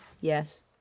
yes